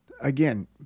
Again